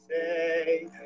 say